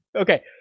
Okay